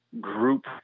group